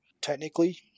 Technically